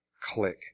Click